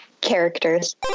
Characters